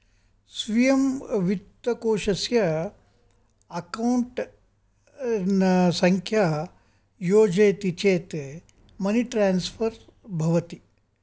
स्वीयं वित्तकोशस्य अकौण्ट् संख्या योजयति चेत् मनिट्रान्सफर् भवति